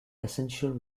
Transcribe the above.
essential